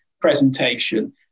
presentation